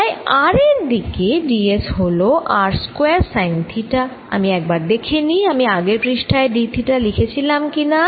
তাই r এর দিকে d s হল r স্কয়ার সাইন থিটা আমি একবার দেখে নিই আমি আগের পৃষ্ঠায় d থিটা লিখেছিলাম কি না